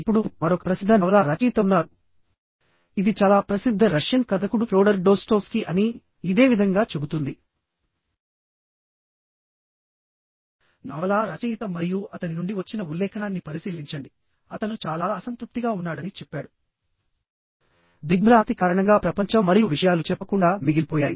ఇప్పుడు మరొక ప్రసిద్ధ నవలా రచయిత ఉన్నారు ఇది చాలా ప్రసిద్ధ రష్యన్ కథకుడు ఫ్యోడర్ డోస్టోవ్స్కీ అని ఇదే విధంగా చెబుతుంది నవలా రచయిత మరియు అతని నుండి వచ్చిన ఉల్లేఖనాన్ని పరిశీలించండి అతను చాలా అసంతృప్తిగా ఉన్నాడని చెప్పాడు దిగ్భ్రాంతి కారణంగా ప్రపంచం మరియు విషయాలు చెప్పకుండా మిగిలిపోయాయి